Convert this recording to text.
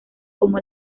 como